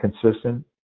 consistent